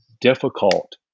difficult